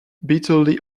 bitterly